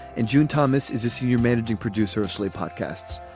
and june thomas is a senior managing producer of slate podcasts.